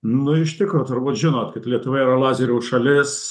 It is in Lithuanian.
nu iš tikro turbūt žinot kad lietuva yra lazerių šalis